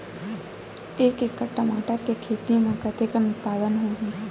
एक एकड़ टमाटर के खेती म कतेकन उत्पादन होही?